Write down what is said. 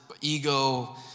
ego